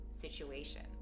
situations